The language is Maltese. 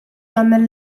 jagħmel